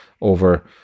over